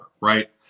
right